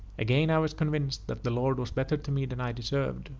again i was convinced that the lord was better to me than i deserved,